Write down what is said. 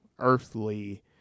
earthly